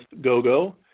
GOGO